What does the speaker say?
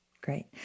Great